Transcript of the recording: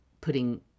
putting